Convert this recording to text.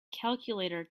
calculator